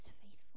faithful